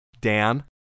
Dan